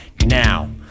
now